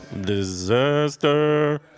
Disaster